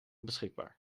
beschikbaar